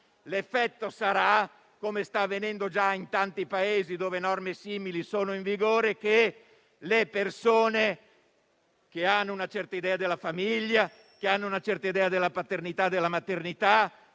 L'effetto sarà che - come sta avvenendo già in tanti Paesi, dove norme simili sono in vigore - le persone che hanno una certa idea della famiglia, della paternità, della maternità e della differenza